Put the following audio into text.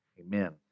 Amen